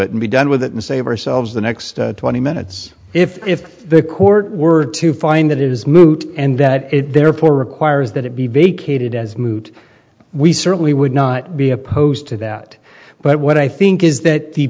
it and be done with it and save ourselves the next twenty minutes if if the court were to find that it is moot and that it therefore requires that it be vacated as moot we certainly would not be opposed to that but what i think is that the